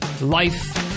life